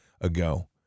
ago